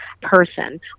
person